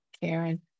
karen